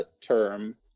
term